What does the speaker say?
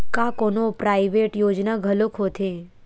का कोनो प्राइवेट योजना घलोक होथे?